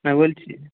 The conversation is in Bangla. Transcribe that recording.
হ্যাঁ বলছি